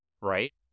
right